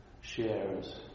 shares